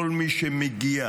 כל מי שמגיע